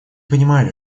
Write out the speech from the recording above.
понимали